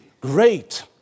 great